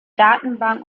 datenbank